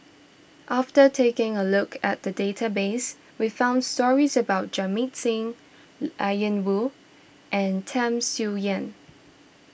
after taking a look at the database we found stories about Jamit Singh Ian Woo and Tham Sien Yen